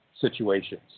situations